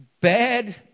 bad